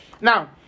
Now